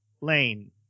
lane